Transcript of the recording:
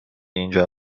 اینجا